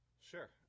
Sure